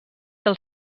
del